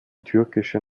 türkische